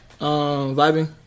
vibing